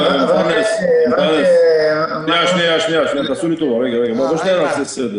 בואו נעשה סדר